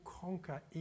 conquer